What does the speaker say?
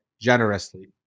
generously